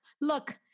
look